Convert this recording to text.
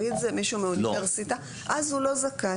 אם זה מישהו מהאוניברסיטה, אז הוא לא זכאי.